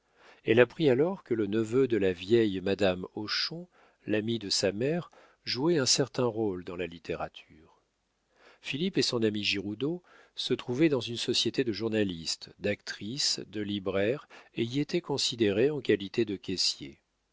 elle apprit alors que le neveu de la vieille madame hochon l'amie de sa mère jouait un certain rôle dans la littérature philippe et son ami giroudeau se trouvaient dans une société de journalistes d'actrices de libraires et y étaient considérés en qualité de caissiers